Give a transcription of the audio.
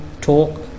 talk